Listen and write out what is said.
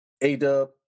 A-Dub